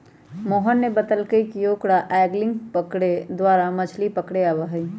मोहन ने बतल कई कि ओकरा एंगलिंग द्वारा मछ्ली पकड़े आवा हई